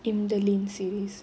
imdalind series